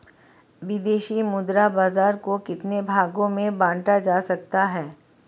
विदेशी मुद्रा बाजार को कितने भागों में बांटा जा सकता है?